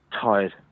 tired